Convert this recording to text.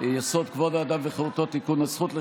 כבוד האדם וחירותו (תיקון, הזכות לשוויון),